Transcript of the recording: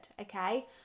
okay